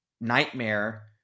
nightmare